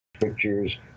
pictures